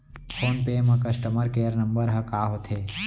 Phone पे म customer care number ह का होथे?